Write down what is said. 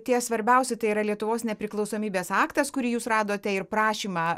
tie svarbiausi tai yra lietuvos nepriklausomybės aktas kurį jūs radote ir prašymą